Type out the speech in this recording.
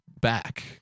back